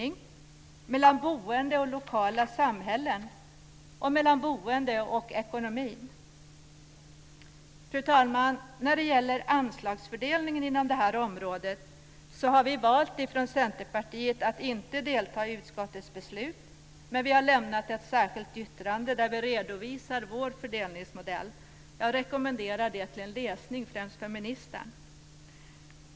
När det gäller anslagsfördelningen inom detta område har vi från Centerpartiet valt att inte delta i utskottets beslut, men vi har lämnat ett särskilt yttrande där vi redovisar vår fördelningsmodell. Jag rekommenderar det till läsning, främst för ministern.